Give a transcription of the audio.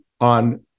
on